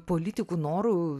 politikų norų